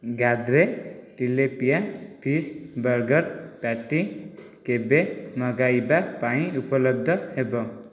Gadre tilapia fish burger patty କେବେ ମଗାଇବା ପାଇଁ ଉପଲବ୍ଧ ହେବ